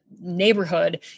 neighborhood